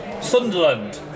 Sunderland